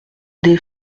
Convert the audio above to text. des